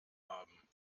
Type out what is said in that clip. haben